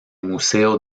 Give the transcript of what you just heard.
museo